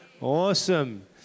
Awesome